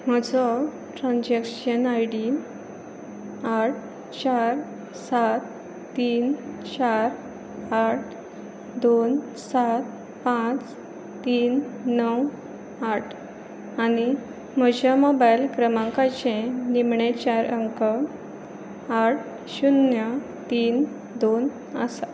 म्हजो transaction I D आठ चार सात तीन चार आठ दोन सात पांच तीन णव आठ आनी म्हज्या मोबायल क्रमांकाचे निमाणे चार अंक आठ शुन्य तीन दोन आसा